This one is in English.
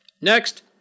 next